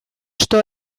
что